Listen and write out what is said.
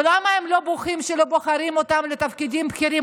ולמה הם לא בוכים שלא בוחרים אותם לתפקידים בכירים?